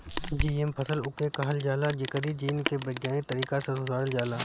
GM फसल उके कहल जाला जेकरी जीन के वैज्ञानिक तरीका से सुधारल जाला